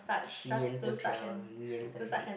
neanderthal neanderthal